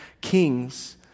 kings